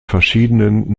verschiedenen